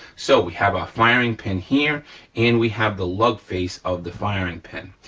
so we have our firing pin here and we have the lug face of the firing pin.